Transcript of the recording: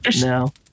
No